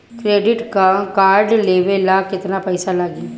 Credit card लेवे ला केतना पइसा लागी?